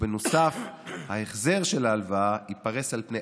ובנוסף ההחזר של ההלוואה ייפרס על פני